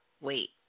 wait